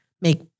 make